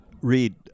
read